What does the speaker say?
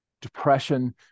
depression